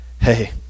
hey